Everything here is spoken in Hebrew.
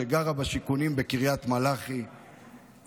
שגרה בשיכונים בקריית מלאכי,